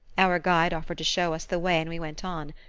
our guide offered to show us the way and we went on.